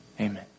Amen